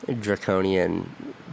draconian